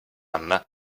anna